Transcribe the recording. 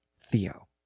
Theo